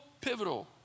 pivotal